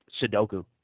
Sudoku